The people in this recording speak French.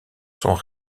sont